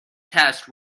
test